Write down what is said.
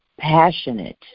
passionate